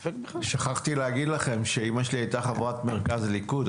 שכחתי להגיד לכם שאמא שלי הייתה חברת מרכז הליכוד,